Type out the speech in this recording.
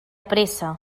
pressa